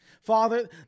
Father